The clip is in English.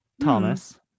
Thomas